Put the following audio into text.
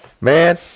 Man